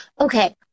okay